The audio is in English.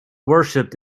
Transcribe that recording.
worshiped